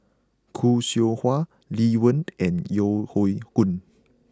Khoo Seow Hwa Lee Wen and Yeo Hoe Koon